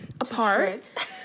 apart